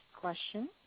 question